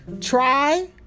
try